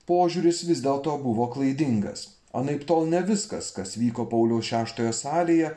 požiūris vis dėlto buvo klaidingas anaiptol ne viskas kas vyko pauliaus šeštojo salėje